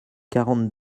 quarante